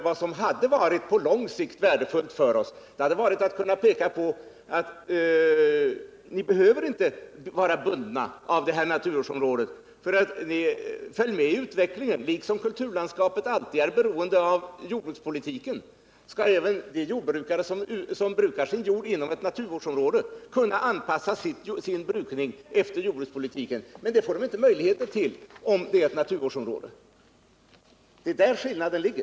Vad som på lång sikt varit värdefullt för oss skulle just ha varit att kunna peka på detta: Ni behöver inte vara bundna av det här naturvårdsområdet. Följ med i utvecklingen! Liksom kulturlandskapet alltid är beroende av jordbrukspolitiken skall även de jordbrukare som brukar sin jord inom ett naturvårdsområde kunna anpassa sin brukning efter jordbrukspolitiken. Men det får de med nuvarande bestämmelser inte möjligheter till, om det är ett naturvårdsområde. Det är där skillnaden ligger.